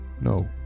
No